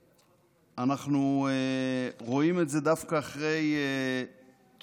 ואנחנו רואים את זה דווקא אחרי תקופה.